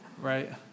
right